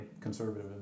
conservative